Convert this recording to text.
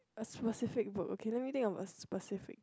a specific book okay let me think about specific